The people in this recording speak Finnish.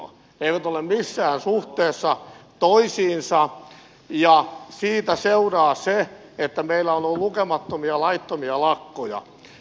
nämä eivät ole missään suhteessa toisiinsa ja siitä seuraa se että meillä on ollut lukemattomia laittomia lakkoja